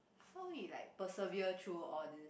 how he like persevere through all this